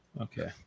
Okay